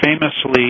famously